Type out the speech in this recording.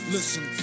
Listen